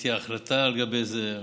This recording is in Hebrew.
תהיה ההחלטה לגבי זה.